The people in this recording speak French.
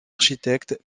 architecte